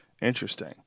Interesting